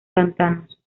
pantanos